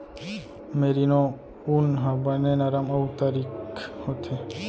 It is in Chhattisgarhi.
मेरिनो ऊन ह बने नरम अउ तारीक होथे